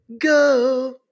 go